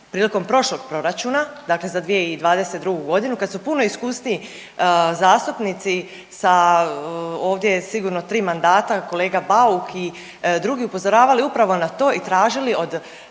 prilikom prošlog proračuna, dakle za 2022. godinu kad su puno iskusniji zastupnici sa ovdje sigurno 3 mandata, kolega Bauk i drugi upozoravali upravo na to i tražili od